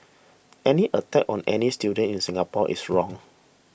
any attack on any student in Singapore is wrong